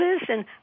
listen